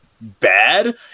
bad